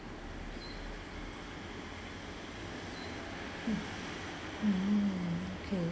mm okay